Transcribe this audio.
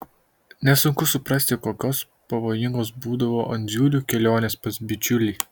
nesunku suprasti kokios pavojingos būdavo andziulių kelionės pas bičiulį